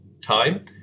time